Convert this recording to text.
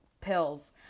pills